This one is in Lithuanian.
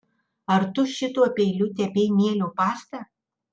ar tu šituo peiliu tepei mielių pastą